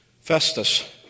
Festus